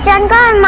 and